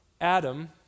Adam